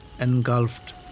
engulfed